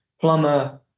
plumber –